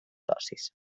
socis